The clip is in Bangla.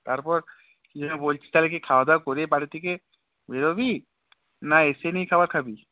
তারপর যেটা বলছিস তাহলে কি খাওয়া দাওয়া করে বাড়ি থেকে বেরবি না এসে নিয়ে খাবার খাবি